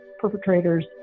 perpetrators